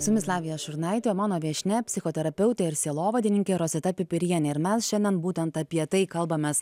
su jumis lavija šurnaitė o mano viešnia psichoterapeutė ir sielovadininkė rosita pipirienė ir mes šiandien būtent apie tai kalbamės